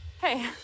Hey